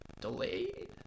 delayed